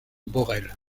borel